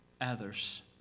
others